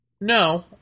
no